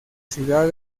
ciudad